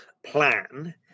plan